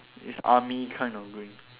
it's army kind of green